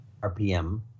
RPM